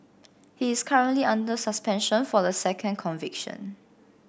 he is currently under suspension for the second conviction